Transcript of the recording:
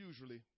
usually